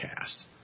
cast